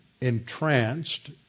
entranced